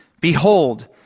behold